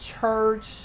church